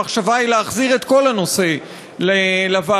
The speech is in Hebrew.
המחשבה היא להחזיר את כל הנושא לוועדה,